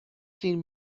seen